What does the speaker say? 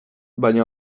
baina